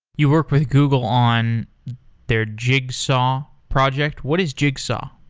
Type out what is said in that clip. you work with google on their jigsaw project. what is jigsaw?